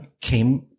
came